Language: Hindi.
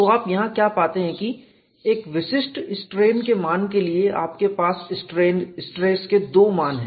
तो आप यहां क्या पाते हैं कि एक विशिष्ट स्ट्रेन के मान के लिए आपके पास स्ट्रेस के दो मान हैं